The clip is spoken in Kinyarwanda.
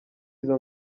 izo